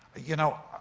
you know,